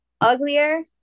uglier